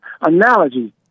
analogy